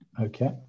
Okay